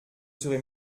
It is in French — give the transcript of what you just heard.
serai